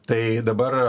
tai dabar